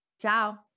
Ciao